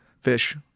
fish